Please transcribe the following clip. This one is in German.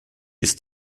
ist